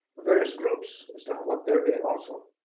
various groups as to what they're doing also